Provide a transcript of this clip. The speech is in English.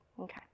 Okay